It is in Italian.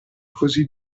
così